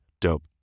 dope